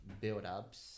build-ups